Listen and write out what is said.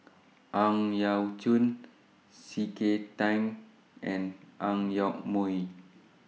Ang Yau Choon C K Tang and Ang Yoke Mooi